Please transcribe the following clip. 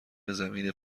زمین